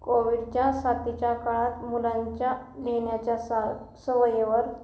कोविडच्या साथीच्या काळात मुलांच्या लिहिण्याच्या सा सवयीवर